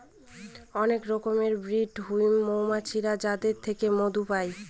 অনেক রকমের ব্রিড হৈমু মৌমাছির যাদের থেকে মধু পাই